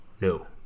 No